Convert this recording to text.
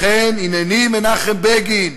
לכן, הנני" מנחם בגין,